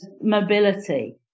mobility